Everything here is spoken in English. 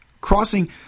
crossing